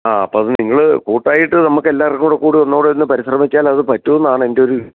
ആ അപ്പോൾ അത് നിങ്ങൾ കൂട്ടായിട്ട് നമുക്ക് എല്ലാവര്ക്കും കൂടെ കൂടി ഒന്നുംകൂടെ ഒന്ന് പരിശ്രമിച്ചാല് അത് പറ്റുമെന്നാണ് എന്റെയൊരു